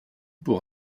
pour